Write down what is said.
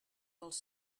dels